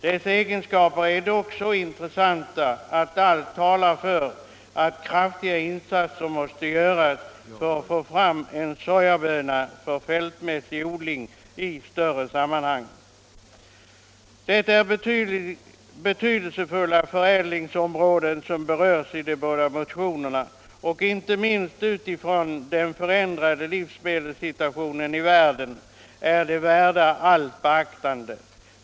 Dess egenskaper är dock så intressanta att allt talar för att kraftiga insatser måste göras för att få fram en sojaböna för fältmässig odling i större omfattning. Det är betydelsefulla förädlingsområden som berörs i de båda motionerna. Inte minst utifrån den förändrade livsmedelssituationen i världen är de värda allt beaktande.